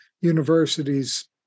universities